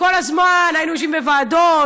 כל הזמן היינו יושבים בוועדות,